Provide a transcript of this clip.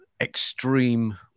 extreme